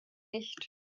nicht